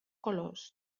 colors